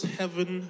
heaven